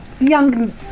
young